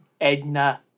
Edna